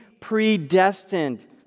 predestined